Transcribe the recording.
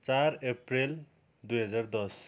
चार एप्रिल दुई हजार दस